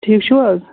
ٹھیٖک چھِو حظ